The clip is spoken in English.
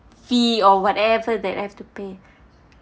fee or whatever that I have to pay